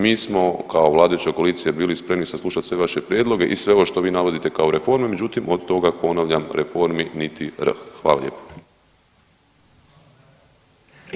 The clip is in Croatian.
Mi smo kao vladajuća koalicija bili spremni saslušati sve vaše prijedloge i sve ovo što vi navodite kao reforme, međutim od toga ponavljam reformi, niti R. Hvala lijepa.